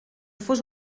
fos